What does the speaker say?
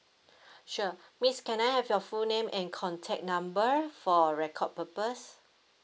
sure miss can I have your full name and contact number for record purpose